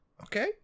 Okay